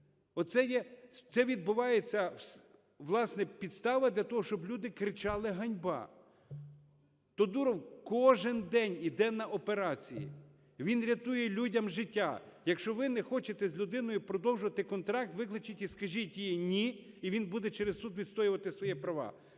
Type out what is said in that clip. Це відбувається, власне, підстава для того, щоб люди кричали "ганьба". Тодуров кожен день іде на операції, він рятує людям життя. Якщо ви не хочете з людиною продовжувати контракт, викличте і скажіть їй "ні", і він буде через суд відстоювати свої права.